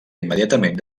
immediatament